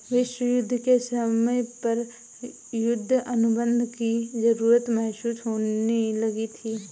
विश्व युद्ध के समय पर युद्ध अनुबंध की जरूरत महसूस होने लगी थी